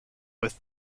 with